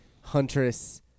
Huntress